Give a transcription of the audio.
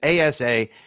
ASA